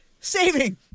saving